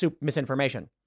misinformation